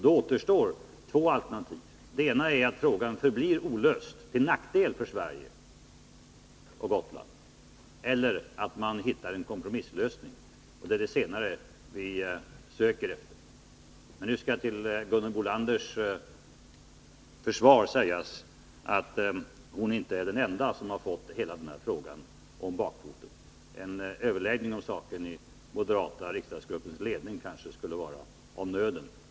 Då återstår två alternativ: det ena är att frågan förblir olöst till nackdel för Sverige och Gotland, det andra är att man hittar en kompromisslösning. Det är det senare alternativet vi strävar efter. Nu skall det till Gunhild Bolanders försvar sägas att hon inte är den enda som har fått hela den här frågan om bakfoten. En överläggning om saken i den moderata riksdagsgruppens ledning kanske skulle vara av nöden.